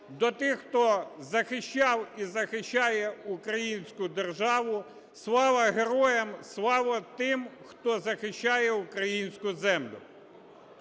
до тих, хто захищав і захищає українську державу: слава героям, слава тим, хто захищає українську землю!